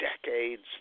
decades